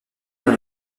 dans